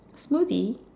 smoothie